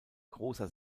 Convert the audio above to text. großer